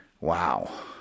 wow